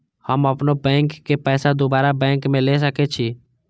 हम अपनों बैंक के पैसा दुसरा बैंक में ले सके छी?